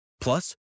Plus